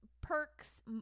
perks